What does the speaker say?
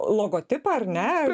logotipą ar ne